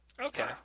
Okay